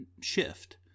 shift